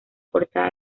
portada